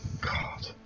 God